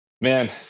Man